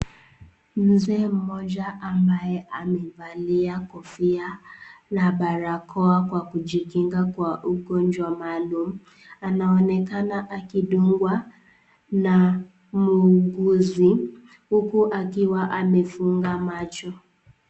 Mzee mmoja ambaye amevalia kofia na barakoa kwa kujikinga kwa ugonjwa maalum. Anaonekana akidungwa na muuguzi huku akiwa amefungwa macho.